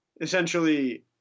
essentially